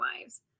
wives